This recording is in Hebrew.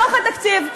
בתוך התקציב,